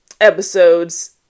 episodes